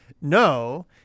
no